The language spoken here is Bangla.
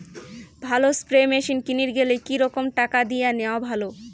ভালো স্প্রে মেশিন কিনির গেলে কি রকম টাকা দিয়া নেওয়া ভালো?